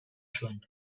zuen